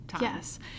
Yes